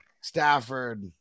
Stafford